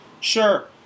Sure